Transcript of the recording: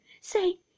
Say